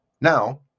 Now